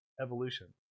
evolution